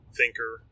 thinker